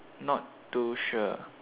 not too sure